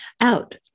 out